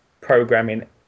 programming